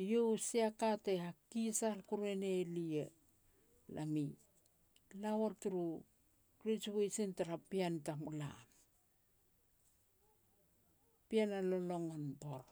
Eiau a sia ka te hakikisal kuru e ne lia. Lam i la wal turu graduation tara pean tamulam, pean a lologon bor.